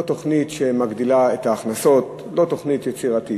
לא תוכנית שמגדילה את ההכנסות, לא תוכנית יצירתית,